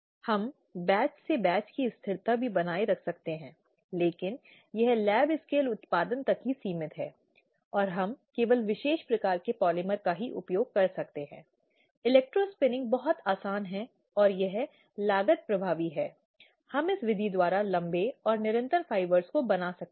कई बार पीड़ित व्यक्ति उत्तेजक के कारण पीड़ित होते हैं जब उत्पीड़नकर्ता का सामना कराया जाता है और इसलिए यह बहुत बहुत महत्वपूर्ण है कि प्रश्न अलग अलग और अलग अलग पक्षों में से प्रत्येक के लिए रखे जाएँ और अधिमानतःविशेषतः उन्हें कभी भी एक दूसरे के आमने सामने नहीं लाया जाना चाहिए